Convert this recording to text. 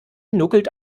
nuckelt